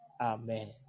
Amen